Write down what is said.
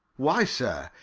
why, sir,